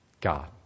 God